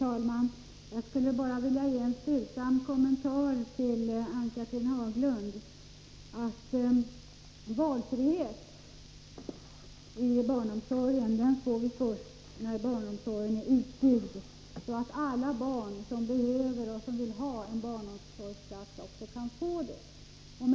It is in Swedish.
Herr talman! Låt mig få göra en stillsam kommentar till Ann-Cathrine Haglunds anförande och säga att valfrihet i barnomsorgen får vi först när barnomsorgen är utbyggd så att alla barn som behöver och vill ha en plats i den också kan få det.